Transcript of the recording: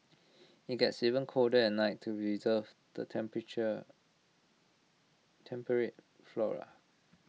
IT gets even colder at night to preserve the temperature temperate flora